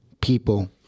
people